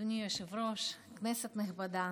אדוני היושב-ראש, כנסת נכבדה,